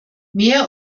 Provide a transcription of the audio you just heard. mehr